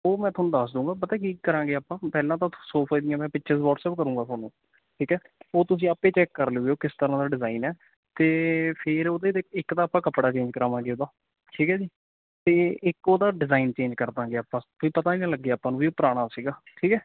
ਉਹ ਮੈਂ ਤੁਹਾਨੂੰ ਦੱਸ ਦੂੰਗਾ ਪਤਾ ਕੀ ਕਰਾਂਗੇ ਆਪਾਂ ਪਹਿਲਾਂ ਤਾਂ ਉਹ ਸੋਫੇ ਦੀਆਂ ਮੈਂ ਪਿਕਚਰ ਵਟਸਐਪ ਕਰੂੰਗਾ ਤੁਹਾਨੂੰ ਠੀਕ ਹੈ ਉਹ ਤੁਸੀਂ ਆਪੇ ਚੈੱਕ ਕਰ ਲਿਓ ਵੀ ਉਹ ਕਿਸ ਤਰ੍ਹਾਂ ਦਾ ਡਿਜ਼ਾਇਨ ਹੈ ਅਤੇ ਫਿਰ ਉਹਦੇ 'ਤੇ ਇੱਕ ਤਾਂ ਆਪਾਂ ਕੱਪੜਾ ਚੇਂਜ ਕਰਾਵਾਂਗੇ ਉਹਦਾ ਠੀਕ ਹੈ ਜੀ ਅਤੇ ਇੱਕ ਉਹਦਾ ਡਿਜ਼ਾਇਨ ਚੇਂਜ ਕਰ ਦਾਂਗੇ ਆਪਾਂ ਵੀ ਪਤਾ ਹੀ ਨਾ ਲੱਗੇ ਆਪਾਂ ਨੂੰ ਵੀ ਪੁਰਾਣਾ ਸੀਗਾ ਠੀਕ ਹੈ